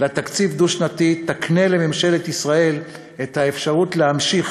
דו-שנתי יקנה לממשלת ישראל את האפשרות להמשיך